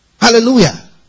Hallelujah